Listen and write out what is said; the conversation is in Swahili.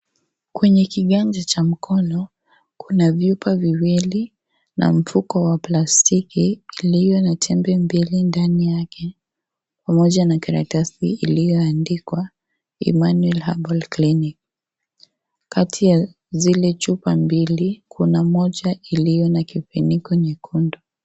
Kwenye kiganja cha mkono, kuna vyupa viwili na kifuniko wa plastiki iliyo na tembe mbili ndani yake pamoja na karatasi iliyoandikwa " Emmanuel herbal clinic". Kati ya zile chupa mbili kuna moja iliyo na kifuniko nyekundu.